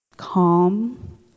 calm